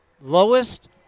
Lowest